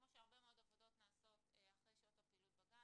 כמו שהרבה עבודות נעשות אחרי שעות הפעילות בגן